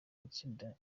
gutsinda